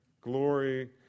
Glory